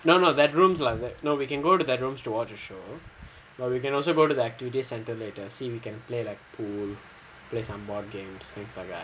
no no that rooms like that no we can go to that rooms to watch a show or we can also go to the activity centre later see we can play like pool play some board games things like that